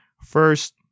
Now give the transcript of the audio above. First